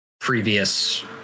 previous